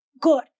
good